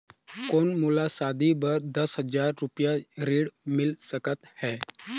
कौन मोला शादी बर दस हजार रुपिया ऋण मिल सकत है?